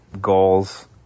goals